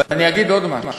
ואני אגיד עוד משהו.